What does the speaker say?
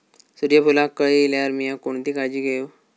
सूर्यफूलाक कळे इल्यार मीया कोणती काळजी घेव?